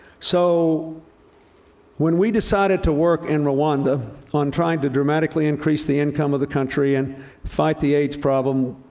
so when we decided to work in rwanda on trying to dramatically increase the income of the country and fight the aids problem,